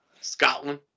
Scotland